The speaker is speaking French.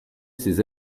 ces